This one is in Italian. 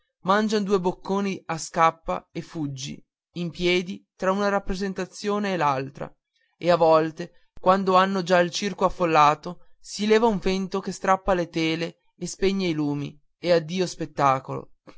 freddi mangian due bocconi a scappa e fuggi in piedi tra una rappresentazione e l'altra e a volte quando hanno già il circo affollato si leva un vento che strappa le tele e spegne i lumi e addio spettacolo